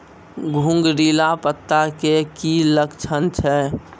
घुंगरीला पत्ता के की लक्छण छै?